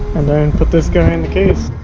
and then put this guy in the case.